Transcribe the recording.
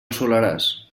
soleràs